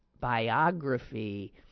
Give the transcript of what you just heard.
biography